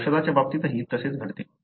औषधाच्या बाबतीतही असेच घडते